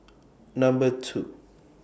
Number two